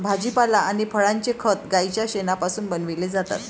भाजीपाला आणि फळांचे खत गाईच्या शेणापासून बनविलेले जातात